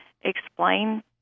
explain